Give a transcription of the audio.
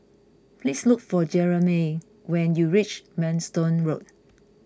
please look for Jermey when you reach Manston Road